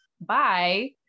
Bye